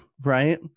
right